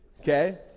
Okay